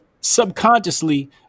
subconsciously